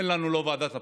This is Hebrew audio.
אין לנו לא ועדת הפנים,